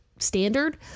standard